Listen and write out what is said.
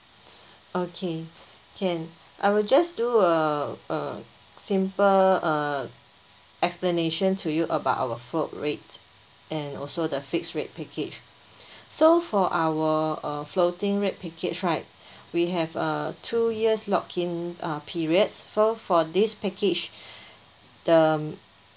okay can I will just do a uh simple uh explanation to you about our float rate and also the fixed rate package so for our uh floating rate package right we have uh two years lock in uh periods so for this package the